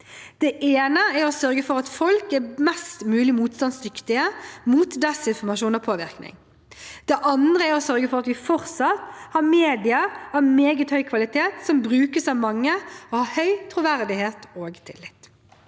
Det ene er å sørge for at folk er mest mulig motstandsdyktige mot desinformasjon og påvirkning. Det andre er å sørge for at vi fortsatt har medier av meget høy kvalitet som brukes av mange og har høy troverdighet og tillit.